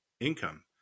income